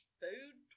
food